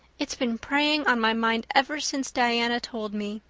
it's been preying on my mind ever since diana told me.